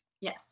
yes